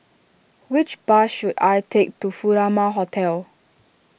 which bus should I take to Furama Hotel